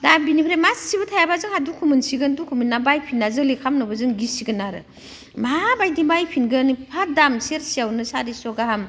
दा बेनिफ्राय मासेबो थायाबा जोंहा दुखु मोनसिगोन दुखु मोनना बायफिनना जों जोलै खालामनोबो गिसिगोन आरो माबायदि बायफिनगोन एफा दाम सेरसेयावनो सारिस' गाहाम